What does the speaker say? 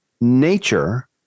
nature